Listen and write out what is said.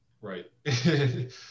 right